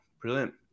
brilliant